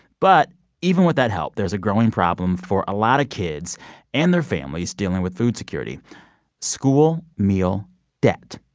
but even with that help, there's a growing problem for a lot of kids and their families dealing with food security school meal debt.